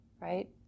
right